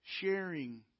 sharing